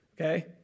okay